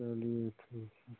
चलिए ठीक है